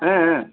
ஆ ஆ